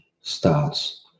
starts